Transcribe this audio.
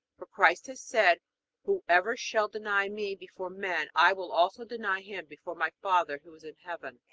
for christ has said whoever shall deny me before men, i will also deny him before my father who is in heaven.